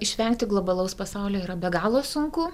išvengti globalaus pasaulio yra be galo sunku